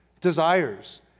desires